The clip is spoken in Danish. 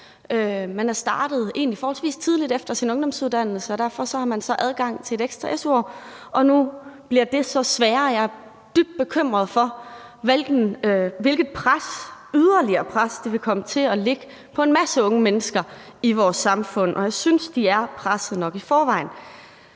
Man er startet forholdsvis tidligt efter sin ungdomsuddannelse, og derfor har man så adgang til et ekstra su-år, og nu bliver det så sværere. Jeg er dybt bekymret for, hvilket yderligere pres der vil komme til at ligge på en masse unge mennesker i vores samfund, og jeg synes, de er presset nok i forvejen.